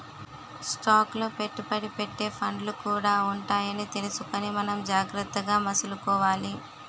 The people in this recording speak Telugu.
స్టాక్ లో పెట్టుబడి పెట్టే ఫండ్లు కూడా ఉంటాయని తెలుసుకుని మనం జాగ్రత్తగా మసలుకోవాలి